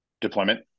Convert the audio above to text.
Deployment